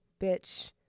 bitch